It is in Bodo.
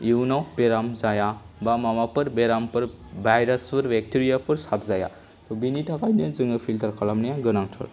इयुनाव बेराम जाया बा माबाफोर बेरामफोर भायरासफोर बेक्टेरियाफोर साबजाया थ' बिनि थाखायनो जोङो फिल्टार खालामनाया गोनांथार